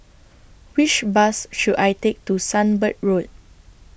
Which Bus should I Take to Sunbird Road